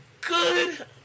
good